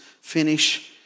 finish